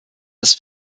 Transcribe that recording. des